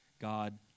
God